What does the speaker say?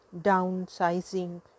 downsizing